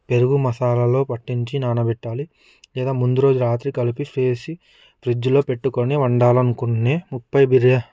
పెరుగు మసాలాలలో పట్టించి నానబెట్టాలి లేదా ముందు రోజు రాత్రి కలిపి చేసి ఫ్రిజ్లో పెట్టుకొని వండాలనుకునే ముప్పై బిర్యాని